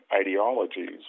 ideologies